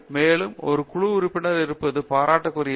மேலும் ஒரு குழு உறுப்பினராக இருப்பது பாராட்டுக்குரியது